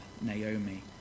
Naomi